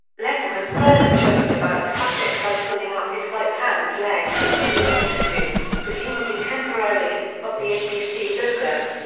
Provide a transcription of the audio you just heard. letterman further joked about the subject by pulling up his right pants leg, revealing a tattoo, presumably temporary, of the abc logo.